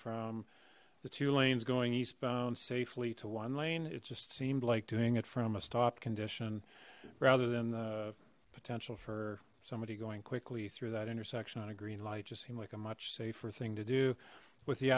from the two lanes going eastbound safely to one lane it just seemed like doing it from a stop condition rather than the potential for somebody going quickly through that intersection on a green light just seemed like a much safer thing to do with the